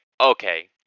okay